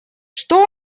что